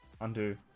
undo